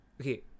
okay